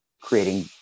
creating